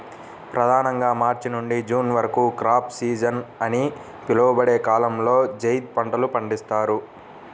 ప్రధానంగా మార్చి నుండి జూన్ వరకు క్రాప్ సీజన్ అని పిలువబడే కాలంలో జైద్ పంటలు పండిస్తారు